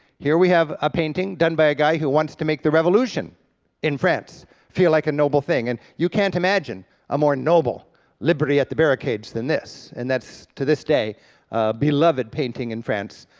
here we have a painting done by a guy who wants to make the revolution in france feel like a noble thing, and you can't imagine a more noble liberty at the barricades than this, and that's, to this day, a beloved painting in france.